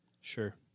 Sure